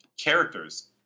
Characters